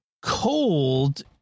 cold